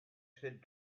said